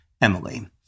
Emily